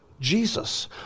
jesus